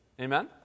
Amen